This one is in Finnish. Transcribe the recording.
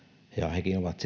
hekin ovat